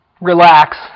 relax